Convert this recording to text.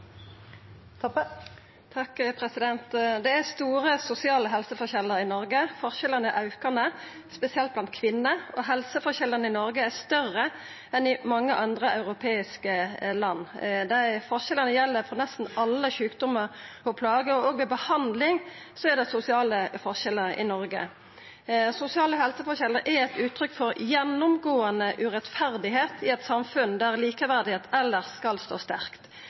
Det er store sosiale helseforskjellar i Noreg. Forskjellane er aukande, spesielt blant kvinner, og helseforskjellane i Noreg er større enn i mange andre europeiske land. Forskjellane gjeld for nesten alle sjukdomar og plager, og også ved behandling er det sosiale forskjellar i Noreg. Sosiale helseforskjellar er eit uttrykk for ein gjennomgåande mangel på rettferd i eit samfunn der likeverd elles skal stå sterkt.